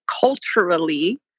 culturally